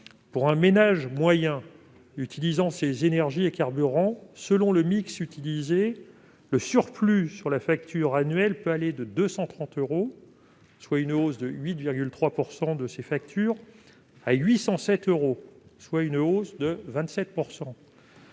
Pour un ménage moyen utilisant ces énergies et carburants, selon le mix utilisé, le surplus sur la facture annuelle peut aller de 230 euros, soit une augmentation de 8,3 %, à 807 euros, soit une hausse de 27 %.